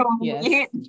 Yes